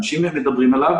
אנשים מדברים עליו.